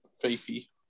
Fifi